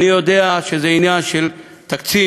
אני יודע שזה עניין של תקציב,